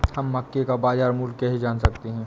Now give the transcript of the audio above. हम मक्के का बाजार मूल्य कैसे जान सकते हैं?